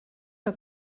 que